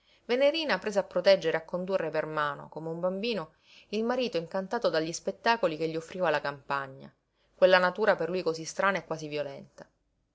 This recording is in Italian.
cielo venerina prese a proteggere e a condurre per mano come un bambino il marito incantato dagli spettacoli che gli offriva la campagna quella natura per lui cosí strana e quasi violenta